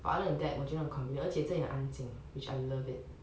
other than that 我觉得很 convenient 而且这里很安静 which I love it